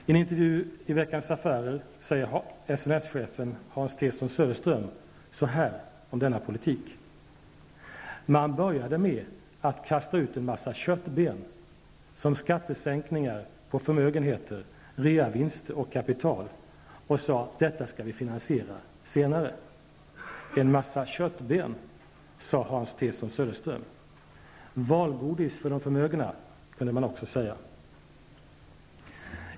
I en intervju i Veckans Affärer säger SNS-chefen Hans Tson Söderström så här om denna politik: Man började med att kasta ut en massa köttben som skattesänkningar på förmögenheter, reavinster och kapital och sade att detta skall vi finansiera senare. ''En massa köttben'', sade Hans Tson Söderström. Valgodis för de förmögna, kunde man också säga.